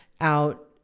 out